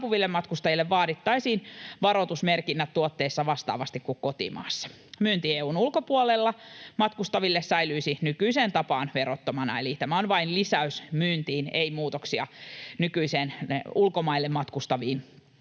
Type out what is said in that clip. myytäviin tuotteisiin vaadittaisiin varoitusmerkinnät vastaavasti kuin kotimaassa. Myynti EU:n ulkopuolelle matkustaville säilyisi nykyiseen tapaan verottomana, eli tämä on vain lisäys myyntiin, ei muutoksia nykyisiin ulkomaille matkustaviin